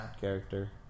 character